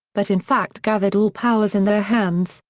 but in fact gathered all powers in their hands,